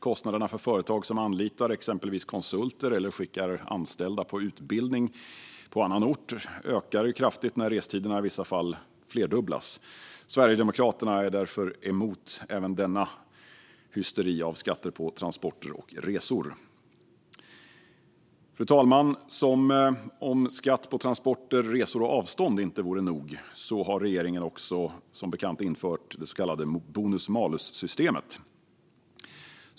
Kostnaderna för företag som anlitar exempelvis konsulter eller skickar anställda på utbildningar på annan ort ökar kraftigt när restiderna i vissa fall flerdubblas. Sverigedemokraterna är därför emot även denna hysteri av skatter på transporter och resor. Fru talman! Som om skatt på transporter, resor och avstånd inte vore nog har regeringen som bekant också infört det så kallade bonus-malus-systemet.